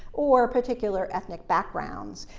or particular ethnic backgrounds.